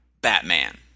Batman